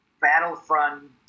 battlefront